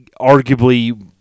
arguably